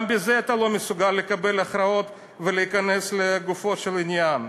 גם בזה אתה לא מסוגל לקבל הכרעות ולהיכנס לגופו של עניין.